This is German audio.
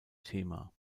thema